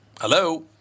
Hello